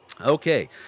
Okay